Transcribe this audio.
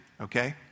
okay